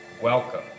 Welcome